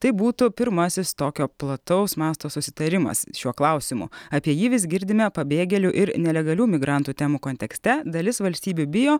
tai būtų pirmasis tokio plataus masto susitarimas šiuo klausimu apie jį vis girdime pabėgėlių ir nelegalių migrantų temų kontekste dalis valstybių bijo